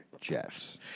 jets